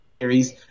series